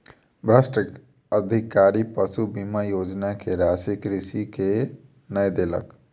भ्रष्ट अधिकारी पशु बीमा योजना के राशि कृषक के नै देलक